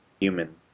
human